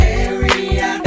area